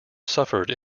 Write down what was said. suffered